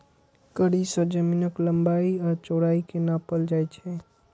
कड़ी सं जमीनक लंबाइ आ चौड़ाइ कें नापल जाइ छै